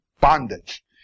bondage